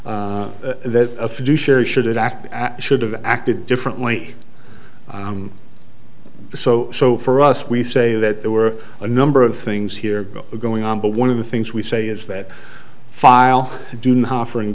act should have acted differently so so for us we say that there were a number of things here going on but one of the things we say is that file do not offer in